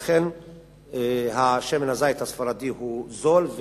לכן שמן הזית הספרדי הוא זול,